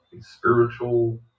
spiritual